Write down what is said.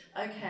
okay